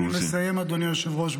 אני מסיים, אדוני היושב-ראש.